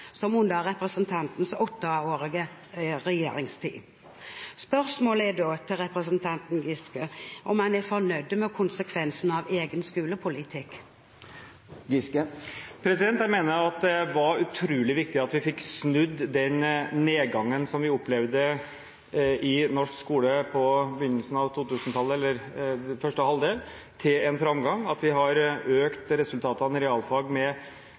som under representantens åtteårige regjeringstid. Spørsmålet til representanten Giske er da om han er fornøyd med konsekvensene av egen skolepolitikk. Jeg mener det var utrolig viktig at vi fikk snudd den nedgangen som vi opplevde i norsk skole i første halvdel av 2000-tallet, til en framgang, at vi har økt resultatene i realfag